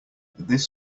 this